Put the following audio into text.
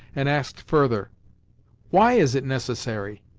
and asked further why is it necessary?